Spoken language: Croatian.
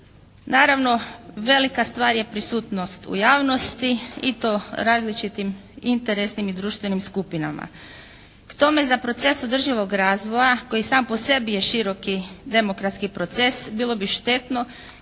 Naravno, velika stvar je prisutnog u javnosti i to različitim interesnim i društvenim skupinama. K tome za proces održivog razvoja koji sam po sebi je široki demokratski proces bilo bi štetno